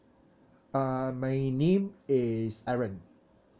uh my name is aaron